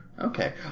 Okay